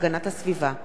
לקריאה ראשונה,